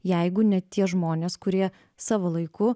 jeigu ne tie žmonės kurie savo laiku